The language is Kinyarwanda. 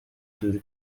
turi